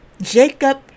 Jacob